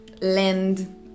land